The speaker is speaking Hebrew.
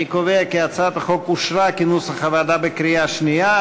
אני קובע כי הצעת החוק אושרה כנוסח הוועדה בקריאה שנייה.